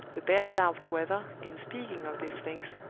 the bare doubt whether, in speaking of these things,